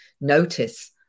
notice